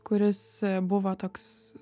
kuris buvo toks